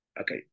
Okay